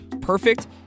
Perfect